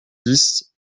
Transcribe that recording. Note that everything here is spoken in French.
dix